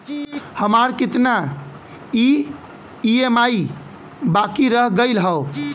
हमार कितना ई ई.एम.आई बाकी रह गइल हौ?